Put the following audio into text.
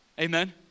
Amen